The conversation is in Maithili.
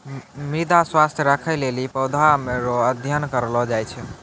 मृदा स्वास्थ्य राखै लेली पौधा रो अध्ययन करलो जाय छै